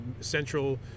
central –